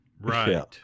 Right